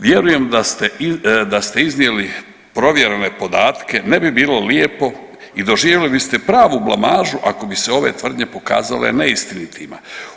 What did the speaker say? Vjerujem da ste iznijeli provjerene podatke ne bi bilo lijepo i doživjeli biste pravu blamažu ako bi se ove tvrdnje pokazale neistinitima.